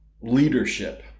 leadership